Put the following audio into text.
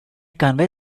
convey